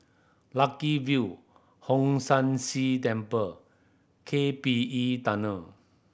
Lucky View Hong San See Temple K P E Tunnel